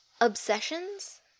obsessions